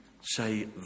say